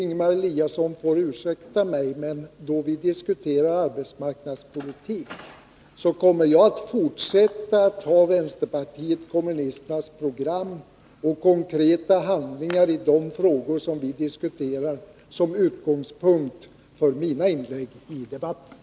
Ingemar Eliasson får ursäkta mig, men då vi diskuterar Nr 80 arbetsmarknadspolitik kommer jag att fortsätta att ta vänsterpartiet kom Måndagen den munisternas program och konkreta handlingar i dessa frågor som utgångs 15 februari 1982 punkt för mina inlägg i debatten.